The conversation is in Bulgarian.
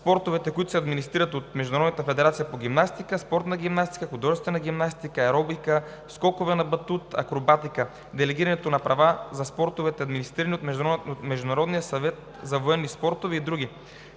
спортовете, които се администрират от Международната федерация по гимнастика, спортна гимнастика, художествена гимнастика, аеробика, скокове на батут, акробатика, делегирането на права за спортовете, администрирани от Международния съвет за военни спортове и други.